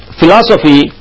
philosophy